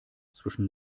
zwischen